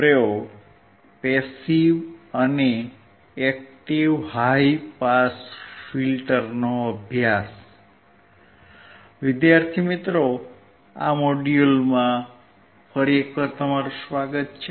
પ્રયોગ પેસીવ અને active high pass filter આ મોડ્યુલમાં તમારું સ્વાગત છે